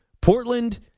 Portland